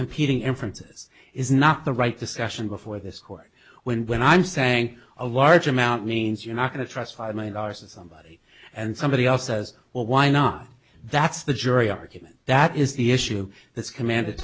competing in francis is not the right discussion before this court when when i'm saying a large amount means you're not going to trust five million dollars a somebody and somebody else says well why not that's the jury argument that is the issue that's commanded